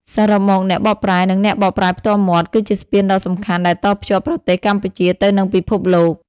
សរុបមក អ្នកបកប្រែ និងអ្នកបកប្រែផ្ទាល់មាត់ គឺជាស្ពានដ៏សំខាន់ដែលតភ្ជាប់ប្រទេសកម្ពុជាទៅនឹងពិភពលោក។